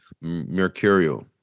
Mercurial